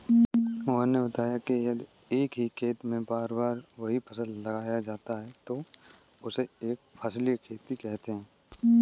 मोहन ने बताया कि यदि एक ही खेत में बार बार वही फसल लगाया जाता है तो उसे एक फसलीय खेती कहते हैं